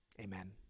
Amen